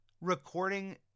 recording